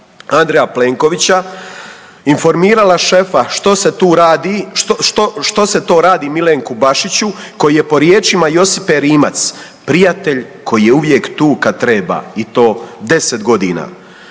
Andreja Plenkovića informirala šefa što se tu radi, što, što, što se to radi Milenku Bašiću koji je po riječima Josipe Rimac prijatelj koji je uvijek tu kad treba i to 10.g.?